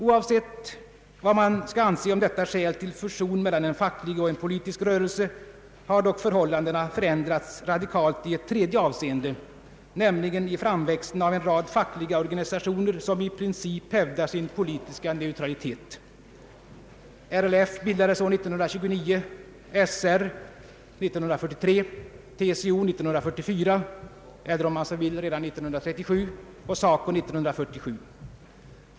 Oavsett vad man skall anse om detta skäl till fusion mellan en facklig och en politisk rörelse har dock förhållandena förändrats radikalt i ett tredje avseende, nämligen genom framväxten av en rad fackliga organisationer som i princip hävdar sin politiska neutralitet. RLF bildades år 1929, SR 1943, TCO 1944 — eller om man så vill redan 1937 — och SACO 1947.